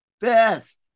best